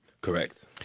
Correct